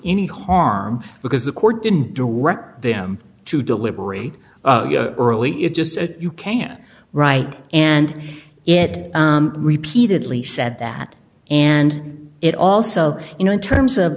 any harm because the court didn't direct them to deliberate early it just you can't right and it repeatedly said that and it also you know in terms of